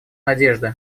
надежды